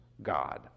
God